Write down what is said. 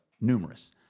numerous